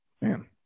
Man